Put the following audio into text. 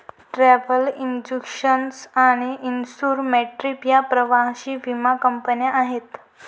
travel insurance आणि insure my trip या प्रवासी विमा कंपन्या आहेत